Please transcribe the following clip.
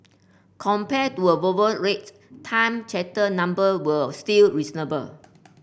compared to voyage rates time charter number were still reasonable